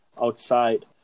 outside